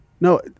no